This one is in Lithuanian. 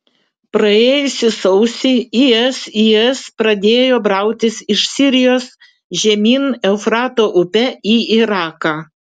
praėjusį sausį isis pradėjo brautis iš sirijos žemyn eufrato upe į iraką